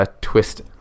twist